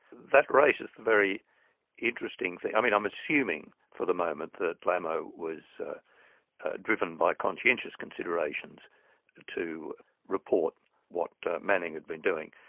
that raises the very interesting thing i mean i'm assuming for the moment that lamo was driven by conscientious considerations to report what manning had been doing.